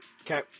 Okay